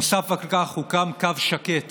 נוסף על כך הוקם קו שקט